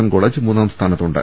N college മൂന്നാം സ്ഥാനത്തു ണ്ട്